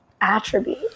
attribute